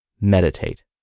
meditate